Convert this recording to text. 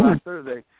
Thursday